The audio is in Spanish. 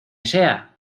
sea